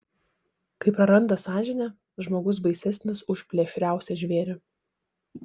kai praranda sąžinę žmogus baisesnis už plėšriausią žvėrį